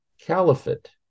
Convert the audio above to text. caliphate